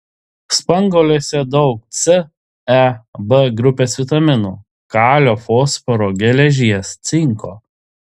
spanguolėse daug c e b grupės vitaminų kalio fosforo geležies cinko